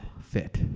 fit